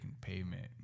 pavement